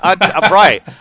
Right